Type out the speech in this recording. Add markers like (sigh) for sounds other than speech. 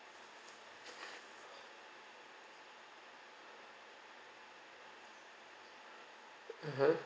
(breath) mmhmm